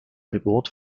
geburt